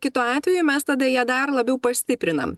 kitu atveju mes tada ją dar labiau pastiprinam